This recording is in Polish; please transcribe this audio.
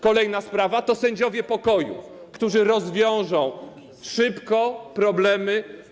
Kolejna sprawa to sędziowie pokoju, którzy rozwiążą szybko problemy.